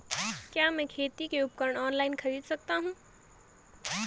क्या मैं खेती के उपकरण ऑनलाइन खरीद सकता हूँ?